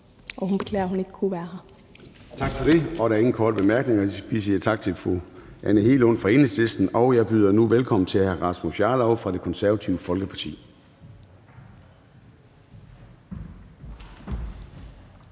Og hun beklager, at hun ikke kunne være her. Kl. 14:22 Formanden (Søren Gade): Tak for det. Der er ingen korte bemærkninger. Vi siger tak til fru Anne Hegelund fra Enhedslisten. Og jeg byder nu velkommen til hr. Rasmus Jarlov fra Det Konservative Folkeparti.